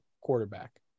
quarterback